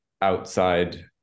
outside